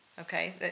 Okay